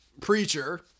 preacher